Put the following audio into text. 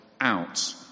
out